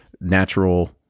natural